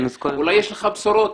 אולי יש לך בשורות.